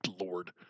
Lord